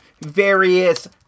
various